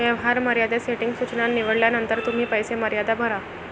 व्यवहार मर्यादा सेटिंग सूचना निवडल्यानंतर तुम्ही पैसे मर्यादा भरा